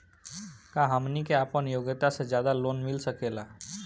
का हमनी के आपन योग्यता से ज्यादा लोन मिल सकेला?